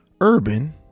urban